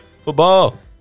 football